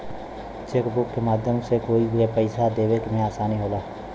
chequebook के माध्यम से कोई के पइसा देवे में आसानी होला